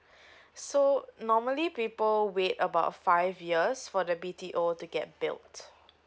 so normally people wait about five years for the B_T_O to get built